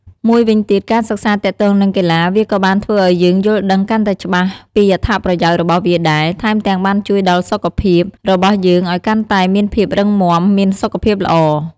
មួយវិញទៀត ការសិក្សាទាក់ទងនឹងកីឡាវាក៏បានធ្វើឲ្យយើងយល់ដឹងកាន់តែច្បាស់ពីអត្ថប្រយោជន៍របស់វាដែរ ថែមទាំងបានជួយដ៏សុខភាពរបស់យើងឲ្យកាន់តែមានភាពរឹងមាំ មានសុខភាពល្អ។